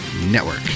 Network